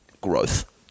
growth